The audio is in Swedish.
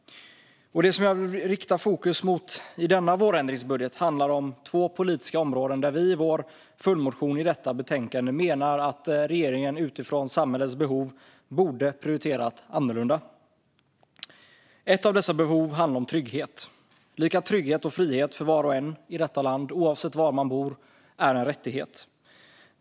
Det som jag vill rikta fokus på i denna vårändringsbudget handlar om två politiska områden där vi i vår följdmotion i detta betänkande menar att regeringen utifrån samhällets behov borde ha prioriterat annorlunda. Ett av dessa behov handlar om trygghet. Lika trygghet och frihet för var och en i detta land, oavsett var man bor, är en rättighet.